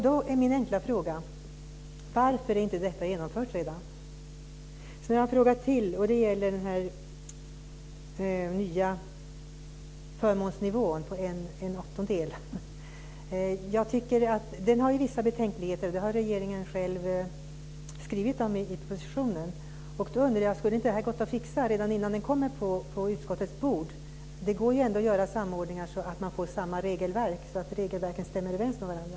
Då är min enkla fråga: Varför är inte detta redan genomfört? Sedan har jag en fråga till och den gäller den nya förmånsnivån på en åttondel. Det fanns vissa betänkligheter, det har regeringen själv skrivit om i propositionen. Då undrar jag: Skulle inte detta ha gått att fixa redan innan propositionen kom på utskottets bord? Det går ändå att åstadkomma en samordning så att regelverken stämmer överens med varandra.